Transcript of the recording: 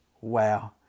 Wow